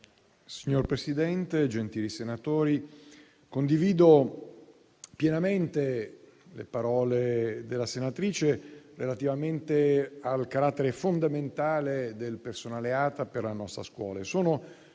Signor Presidente, gentili senatori, condivido pienamente le parole della senatrice relativamente al carattere fondamentale del personale ATA per la nostra scuola